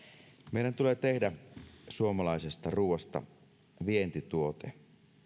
meidän tulee tehdä suomalaisesta ruuasta vientituote